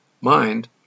mind